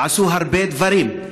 הם עשו הרבה דברים: